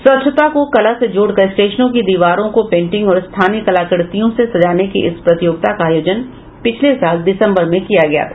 स्वच्छता को कला से जोड़कर स्टेशनों की दीवारों को पेंटिंग और स्थानीय कलाकृ तियों से सजाने की इस प्रतियोगिता का आयोजन पिछले साल दिसंबर में किया गया था